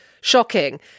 shocking